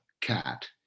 cat